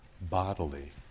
bodily